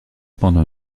pendant